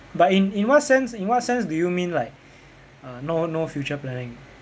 but in in what sense in what sense do you mean like err no no future planning